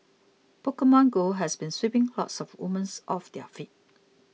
Pokemon Go has been sweeping lots of women off their feet